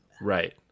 right